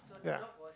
ya